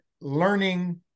learning